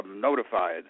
Notified